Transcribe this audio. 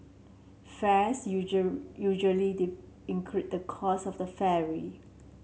fares usually include the cost of the ferry